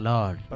Lord